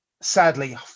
sadly